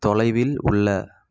தொலைவில் உள்ள